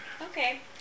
Okay